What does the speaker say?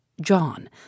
John